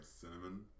cinnamon